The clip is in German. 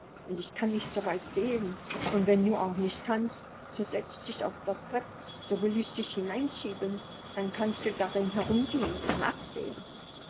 schwach ich kann nicht so weit sehen und wenn du auch nicht kannst so setz dich auf das brett so will ich dich hineinschieben da kannst du darin herumgehen und nachsehen